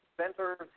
centers